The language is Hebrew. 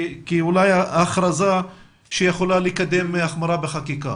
אולי כהכרזה שיכולה לקדם החמרה בחקיקה.